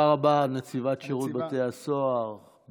תודה רבה לנציבת שירות בתי הסוהר.